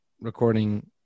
recording